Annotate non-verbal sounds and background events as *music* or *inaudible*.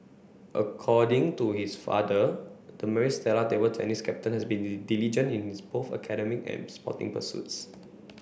according to his father the Maris Stella table tennis captain has been *unintelligible* diligent in both his academic and sporting pursuits